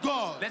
God